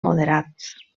moderats